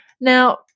Now